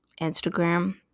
Instagram